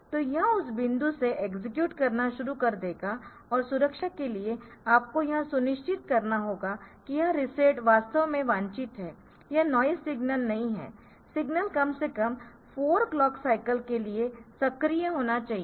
तो यह उस बिंदु से एक्सेक्यूट करना शुरू कर देगा और सुरक्षा के लिए आपको यह सुनिश्चित करना होगा कि यह रीसेट वास्तव में वांछित है यह नॉइज़ सिग्नल नहीं है सिग्नल कम से कम 4 क्लॉक साइकल्स के लिए सक्रिय होना चाहिए